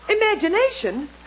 Imagination